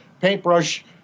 paintbrush